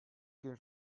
gün